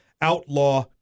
outlaw